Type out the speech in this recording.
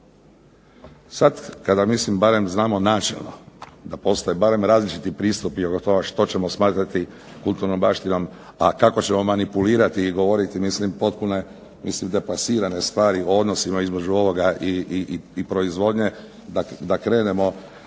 Sad kada barem znamo načelno da postoje barem različiti pristupi oko toga što ćemo smatrati kulturnom baštinom, a kako ćemo manipulirati i govoriti potpune, mislim deplasirane stvari o odnosima između ovoga i proizvodnje, da krenemo